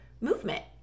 movement